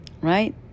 right